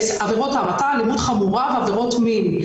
אלימות חמורה ועבירות מין.